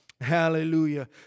hallelujah